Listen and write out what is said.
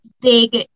big